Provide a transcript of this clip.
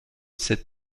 ses